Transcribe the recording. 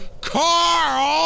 Carl